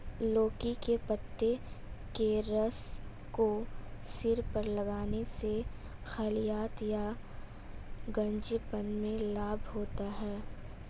लौकी के पत्ते के रस को सिर पर लगाने से खालित्य या गंजेपन में लाभ होता है